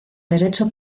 derecho